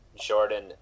Jordan